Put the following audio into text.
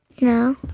No